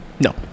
No